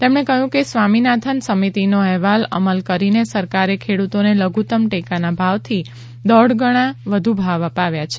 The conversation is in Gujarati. તેમણે કહ્યું કે સ્વામીનાથન સમિતિનો અહેવાલ અમલી કરીને સરકારે ખેડૂતોને લધુત્તમ ટેકાના ભાવથી દોઢ ગણા વધુ ભાવ અપાવ્યા છે